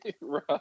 Right